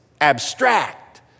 abstract